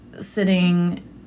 sitting